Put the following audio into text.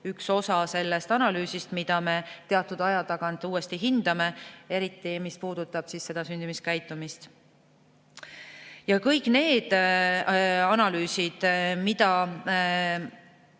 üks osa sellest analüüsist, mida me teatud aja tagant uuesti hindame, eriti mis puudutab seda sündimuskäitumist. Kõik need analüüsid, mida